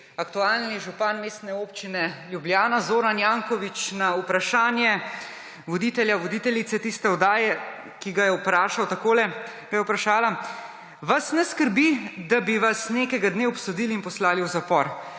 aktualni župan Mestne občine Ljubljana Zoran Janković na vprašanje voditeljice tiste oddaje, ki ga je vprašala takole: Vas ne skrbi, da bi vas nekega dne obsodili in poslali v zapor?